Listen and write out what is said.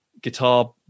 guitar